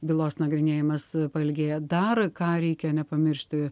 bylos nagrinėjimas pailgėja dar ką reikia nepamiršti